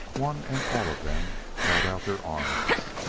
one and all of them held out their arms.